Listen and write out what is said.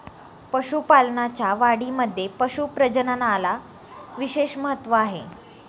पशुपालनाच्या वाढीमध्ये पशु प्रजननाला विशेष महत्त्व आहे